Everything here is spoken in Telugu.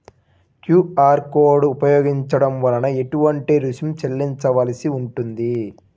క్యూ.అర్ కోడ్ ఉపయోగించటం వలన ఏటువంటి రుసుం చెల్లించవలసి ఉంటుంది?